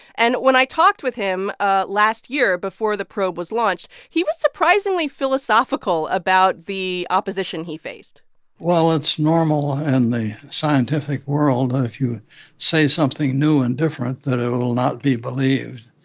and when i talked with him last year, before the probe was launched, he was surprisingly philosophical about the opposition he faced well, it's normal in and the scientific world that if you say something new and different, it will not be believed.